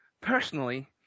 personally